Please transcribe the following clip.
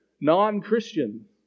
non-Christian